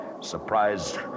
Surprised